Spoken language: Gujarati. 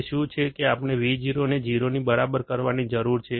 તે શું છે કે આપણે Vo ને 0 ની બરાબર કરવાની જરૂર છે